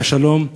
האי-שלום,